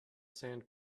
sand